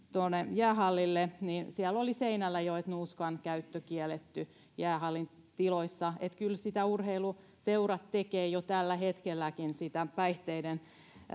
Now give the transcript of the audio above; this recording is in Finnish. jäähallille niin siellä oli jo seinällä että nuuskan käyttö kielletty jäähallin tiloissa että kyllä urheiluseurat tekevät jo tällä hetkelläkin sitä päihteiden